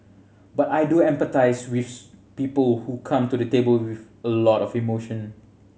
but I do empathise with people who come to the table with a lot of emotion